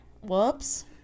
Whoops